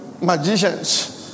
magicians